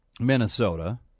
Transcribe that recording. Minnesota